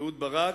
אהוד ברק,